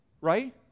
Right